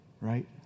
Right